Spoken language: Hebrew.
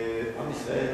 עם ישראל